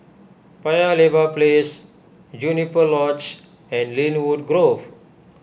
Paya Lebar Place Juniper Lodge and Lynwood Grove